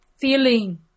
feeling